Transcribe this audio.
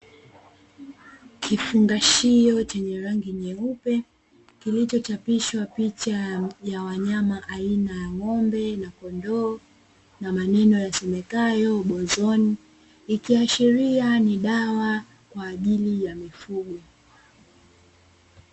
Kifungashio chenye rangi nyeupe, kilicho chapishwa picha ya wanyama aina ya ng’ombe na kondoo, na maneno yasomekayo “bozone” ikiashiria ni dawa kwa ajili ya mifugo.